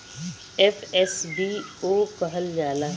FSBO कहल जाला